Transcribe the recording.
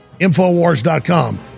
Infowars.com